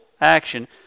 action